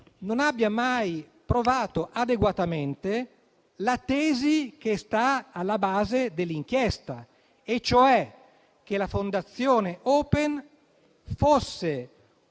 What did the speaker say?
non abbia mai provato adeguatamente la tesi che sta alla base dell'inchiesta, cioè che la Fondazione Open fosse